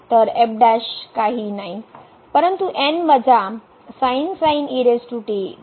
तर काहीही नाही परंतु